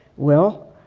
well,